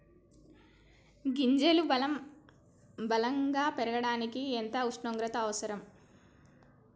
గింజలు బలం గా పెరగడానికి ఎంత ఉష్ణోగ్రత అవసరం?